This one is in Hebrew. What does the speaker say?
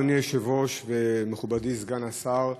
אדוני היושב-ראש ומכובדי סגן השר,